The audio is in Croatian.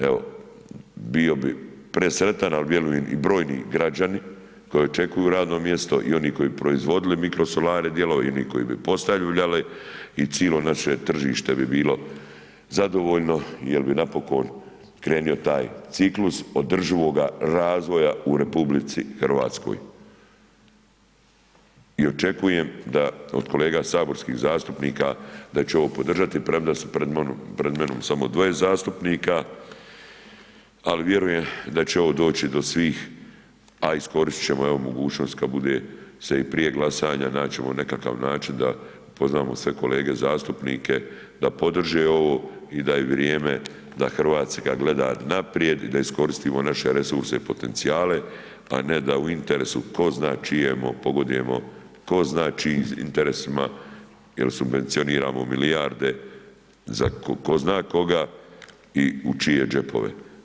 Evo bio bi presretan a vjerujem i brojni građani koji očekuju radno mjesto i oni koji bi proizvodili mikrosolarne dijelove i oni koji postavljali i cijelo naše tržište bi bilo zadovoljno jer bi napokon krenuo taj ciklus održivoga razvoja u RH i očekujem da od kolega saborskih zastupnika da će ovo podržati premda su preda mnom samo dva zastupnika ali vjerujem da će ovo doći do svih a iskoristit ćemo evo mogućnost kad bude se i prije glasanja, naći ćemo nekakav način da pozovemo sve kolege zastupnike da podrže ovo i da je vrijeme da Hrvatska gleda naprijed i da iskoristimo naše resurse i potencijale a ne da u interesu ko zna čijem pogodujemo, ko zna čijim interesima jer subvencioniramo milijarde za tko zna koga i u čije džepove.